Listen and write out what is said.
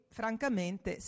francamente